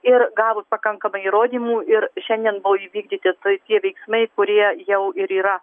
ir gavus pakankamai įrodymų ir šiandien buvo įvykdyti tai tie veiksniai kurie jau ir yra